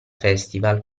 festival